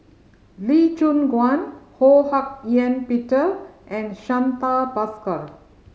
Lee Choon Guan Ho Hak Ean Peter and Santha Bhaskar